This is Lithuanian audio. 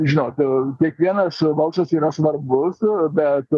žinot kiekvienas balsas yra svarbus bet